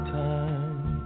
time